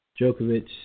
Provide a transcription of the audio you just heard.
Djokovic